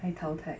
why 淘汰